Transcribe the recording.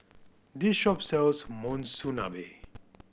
this shop sells Monsunabe